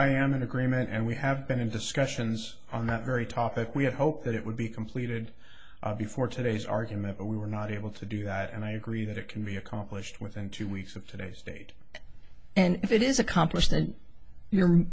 i am in agreement and we have been in discussions on that very topic we had hoped that it would be completed before today's argument but we were not able to do that and i agree that it can be accomplished within two weeks of today's date and if it is accomplished that you're